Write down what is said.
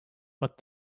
but